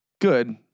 good